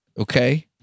Okay